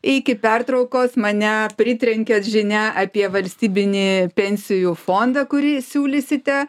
iki pertraukos mane pritrenkė žinia apie valstybinį pensijų fondą kurį siūlysite